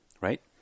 right